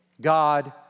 God